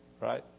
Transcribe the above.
Right